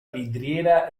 vidriera